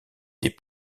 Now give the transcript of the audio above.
des